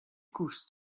koust